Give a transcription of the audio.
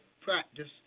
Practice